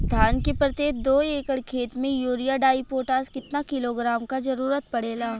धान के प्रत्येक दो एकड़ खेत मे यूरिया डाईपोटाष कितना किलोग्राम क जरूरत पड़ेला?